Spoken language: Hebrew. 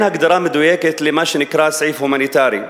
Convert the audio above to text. אין הגדרה מדויקת למה שנקרא סעיף הומניטרי.